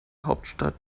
hauptstadt